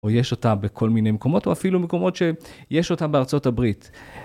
או יש אותם בכל מיני מקומות, או אפילו מקומות שיש אותם בארצות הברית.